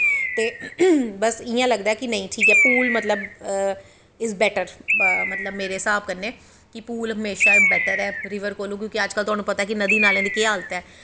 ते बस इयां लगदा ऐ नेंई ठीक ऐ पूल मतलव अज़्ज बैट्टर मतलव मेरे हिसाव कन्नैं कि पूल हमेशा बैट्टर ऐ तुहानू पता ऐ कि अज्ज कल नदी नालें दी केह् हालत ऐ